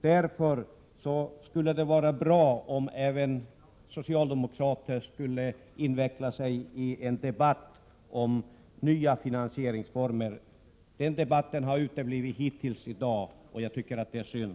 Därför skulle det vara bra om även socialdemokrater ville inveckla sig i en debatt om nya finansieringsformer. Den debatten har uteblivit hittills i dag, och det tycker jag är synd.